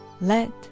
let